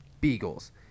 Beagles